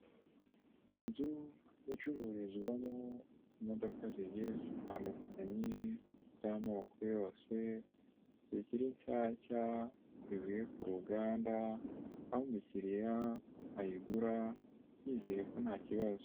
Inzu icururizwamo imodoka zigiye zitandukanye z'amoko yose zikiri nshyashya zivuye ku ruganda aho umukiliriya ayigura yizeye ko nta kibazo.